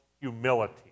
humility